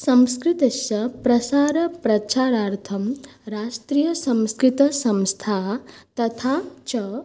संस्कृतस्य प्रसारप्रचारार्थं राष्ट्रीयसंस्कृतसंस्था तथा च